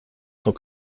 cent